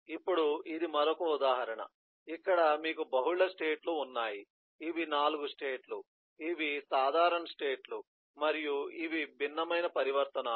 ఇప్పుడు ఇది మరొక ఉదాహరణ ఇక్కడ మీకు బహుళ స్టేట్ లు ఉన్నాయి ఇవి 4 స్టేట్ లు ఇవి సాధారణ స్టేట్ లు మరియు ఇవి భిన్నమైన పరివర్తనాలు